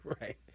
right